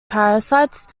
parasites